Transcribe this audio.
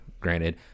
granted